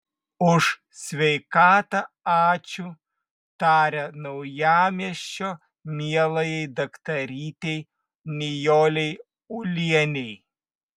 už sveikatą ačiū taria naujamiesčio mielajai daktarytei nijolei ulienei